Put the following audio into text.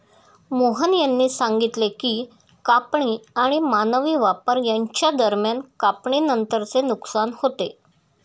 मोहन यांनी सांगितले की कापणी आणि मानवी वापर यांच्या दरम्यान कापणीनंतरचे नुकसान होते